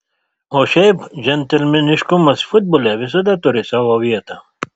o šiaip džentelmeniškumas futbole visada turi savo vietą